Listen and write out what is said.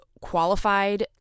qualified